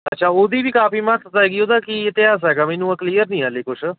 ਅੱਛਾ ਉਹਦੀ ਵੀ ਕਾਫੀ ਮਹੱਤਤਾ ਹੈਗੀ ਉਹਦਾ ਕੀ ਇਤਿਹਾਸ ਹੈਗਾ ਮੈਨੂੰ ਕਲੀਅਰ ਨਹੀਂ ਹਾਲੇ ਕੁਛ